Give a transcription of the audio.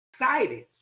Excited